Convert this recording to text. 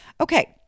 Okay